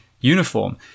uniform